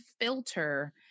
filter